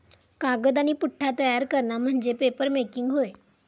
कागद आणि पुठ्ठा तयार करणा म्हणजे पेपरमेकिंग होय